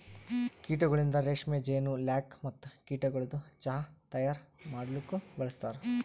ಕೀಟಗೊಳಿಂದ್ ರೇಷ್ಮೆ, ಜೇನು, ಲ್ಯಾಕ್ ಮತ್ತ ಕೀಟಗೊಳದು ಚಾಹ್ ತೈಯಾರ್ ಮಾಡಲೂಕ್ ಬಳಸ್ತಾರ್